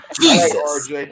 Jesus